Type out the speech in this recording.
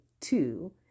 two